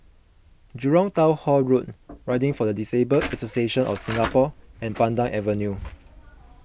Jurong Town Hall Road Riding for the Disabled Association of Singapore and Pandan Avenue